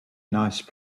nice